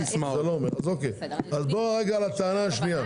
לטענה השנייה.